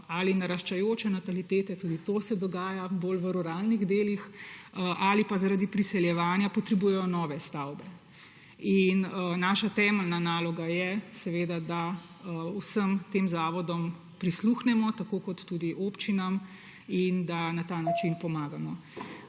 ali naraščajoče natalitete, tudi to se dogaja, bolj v ruralnih delih, ali pa zaradi priseljevanja potrebujejo nove stavbe. Naša temeljna naloga je, da vsem tem zavodom prisluhnemo, tako kot tudi občinam, in da na ta način pomagamo.